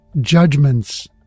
judgments